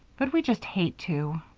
but we just hate to.